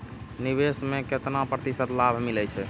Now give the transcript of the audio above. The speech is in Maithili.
निवेश में केतना प्रतिशत लाभ मिले छै?